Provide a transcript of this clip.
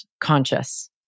conscious